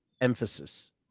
emphasis